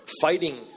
fighting